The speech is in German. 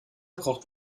braucht